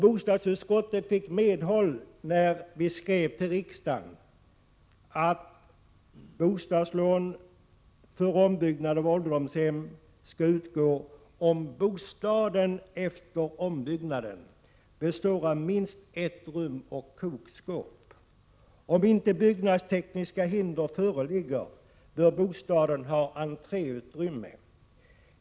Bostadsutskottet fick medhåll när det gäller dess skrivning till riksdagen om att bostadslån för ombyggnad av ålderdomshem skall utgå, om bostaden efter ombyggnaden består av minst ett rum och kokskåp. Vidare skrev bostadsutskottet: Om inte byggnadstekniska hinder föreligger, bör bostaden ha entréutrymme.